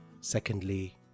secondly